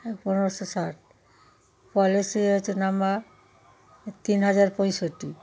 হ্যাঁ পনেরশো ষাট পলিসি হচ্ছে নম্বর তিন হাজার পঁয়ষট্টি